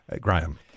Graham